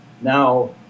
now